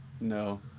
No